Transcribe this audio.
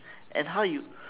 and how you